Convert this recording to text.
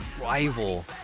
rival